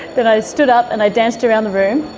then i stood up and i danced around the room,